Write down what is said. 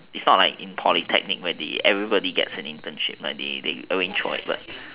it's not like in polytechnics where they everybody gets an internship like they they arranged for it